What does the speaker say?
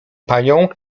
panią